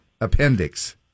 appendix